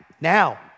now